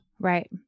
Right